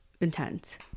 intense